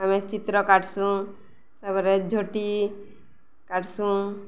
ଆମେ ଚିତ୍ର କାଟସୁଁ ତାପରେ ଝୋଟି କାଟସୁଁ